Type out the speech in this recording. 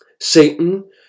Satan